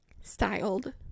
styled